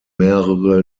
mehrere